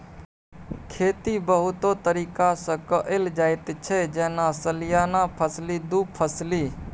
खेती बहुतो तरीका सँ कएल जाइत छै जेना सलियाना फसली, दु फसली